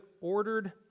ordered